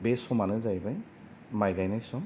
बे समानो जाहैबाय माइ गायनायनि सम